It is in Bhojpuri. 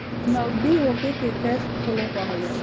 नगदी होखे के कैश फ्लो कहल जाला